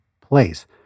place